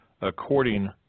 according